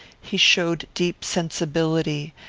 he showed deep sensibility,